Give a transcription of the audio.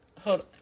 Hold